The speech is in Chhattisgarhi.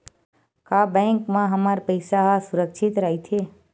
का बैंक म हमर पईसा ह सुरक्षित राइथे?